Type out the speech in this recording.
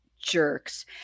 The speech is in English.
jerks